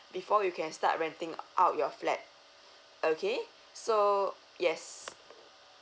before you can start renting out your flat okay so yes